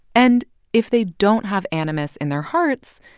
and if they don't have animus in their hearts,